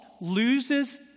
loses